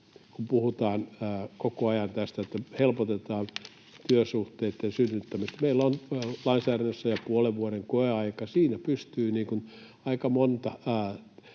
kun puhutaan koko ajan tästä, että helpotetaan työsuhteitten synnyttämistä, niin meillä on lainsäädännössä jo puolen vuoden koeaika. Siinä pystyy aika monta